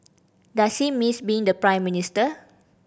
does he miss being the Prime Minister